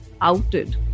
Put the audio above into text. outed